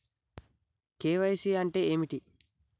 KYC అంటే ఏమిటి?